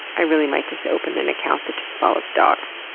i really might just open an account that just follows dogs.